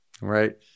Right